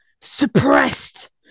suppressed